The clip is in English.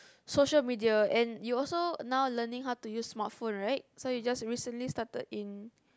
social media and you also now learning how to use smartphone right so you just recently started in